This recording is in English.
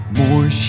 more